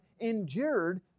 endured